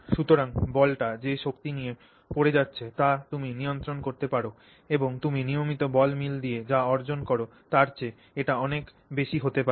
সুতরাং বলটি যে শক্তি নিয়ে পড়ে যাচ্ছে তা তুমি নিয়ন্ত্রণ করতে পার এবং তুমি নিয়মিত বল মিল দিয়ে যা অর্জন কর তার চেয়ে এটা অনেক বেশি হতে পারে